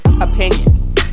opinion